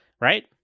right